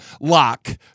Lock